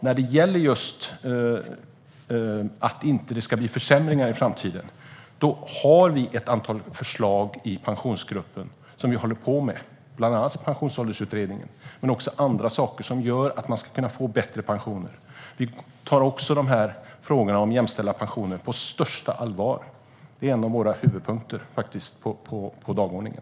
När det gäller att det inte ska bli försämringar i framtiden har vi i Pensionsgruppen ett antal förslag som vi arbetar med, bland annat pensionsåldersutredningen men också andra saker som gör att man ska kunna få bättre pensioner. Vi tar också frågan om jämställda pensioner på största allvar. Det är faktiskt en av våra huvudpunkter på dagordningen.